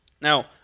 Now